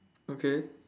okay